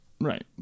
Right